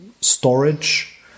storage